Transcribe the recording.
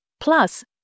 plus